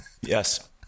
Yes